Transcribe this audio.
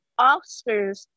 Oscars